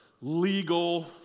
legal